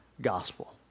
gospel